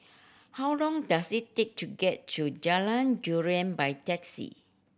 how long does it take to get to Jalan Durian by taxi